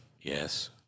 Yes